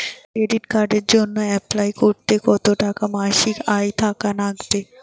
Credit কার্ডের জইন্যে apply করিতে কতো টাকা মাসিক আয় থাকা নাগবে?